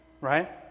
Right